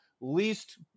least